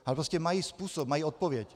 Ale prostě mají způsob, mají odpověď.